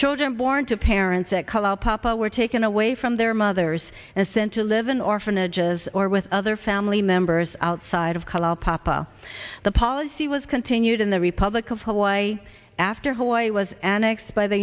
children born to parents at color papa were taken away from their mothers and sent to live in orphanages or with other family members outside of col papa the policy was continued in the republic of hawaii after hawaii was annexed by the